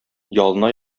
ялына